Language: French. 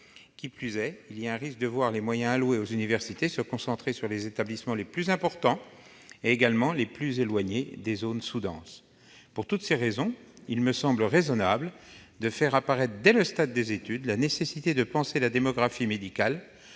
Qui plus est, il y a un risque de voir les moyens alloués aux universités se concentrer sur les établissements les plus importants et les plus éloignés des zones sous-denses. Pour toutes ces raisons, il me semble raisonnable de faire apparaître, dès le stade des études, la nécessité de penser la démographie médicale